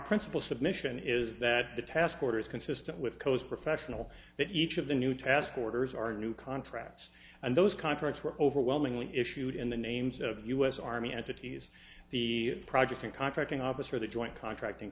principal submission is that the task order is consistent with coast professional that each of the new task orders are new contracts and those contracts were overwhelmingly issued in the names of u s army entities the project and contracting office for the joint contracting